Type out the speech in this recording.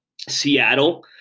Seattle